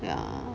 ya